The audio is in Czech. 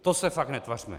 To se fakt netvařme!